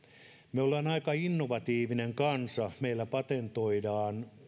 me olemme aika innovatiivinen kansa meillä patentoidaan